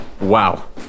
Wow